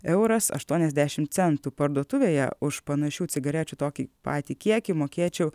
euras aštuoniasdešimt centų parduotuvėje už panašių cigarečių tokį patį kiekį mokėčiau